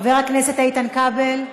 חבר הכנסת איתן כבל.